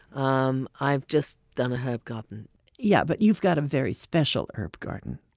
um i have just done a herb garden yeah but you've got a very special herb garden.